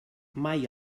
mai